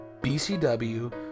BCW